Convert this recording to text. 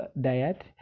diet